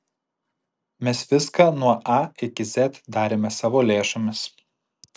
mes viską nuo a iki z darėme savo lėšomis